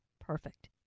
perfect